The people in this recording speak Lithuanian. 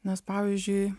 nes pavyzdžiui